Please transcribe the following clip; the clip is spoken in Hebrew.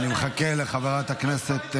אני מחכה לחברת הכנסת פנינה.